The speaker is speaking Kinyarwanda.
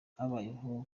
habayeho